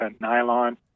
nylon